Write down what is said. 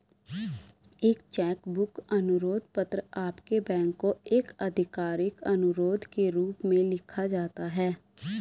एक cheque book अनुरोध पत्र आपके बैंक को एक आधिकारिक अनुरोध के रूप में लिखा जाता है